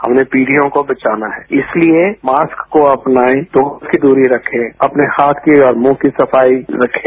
अगली पीढियों को बचाना है इसलिए मास्क को अपनाएं दो गज की दूरी रखें अपनी हाथ की और मुंह की सफाई रखें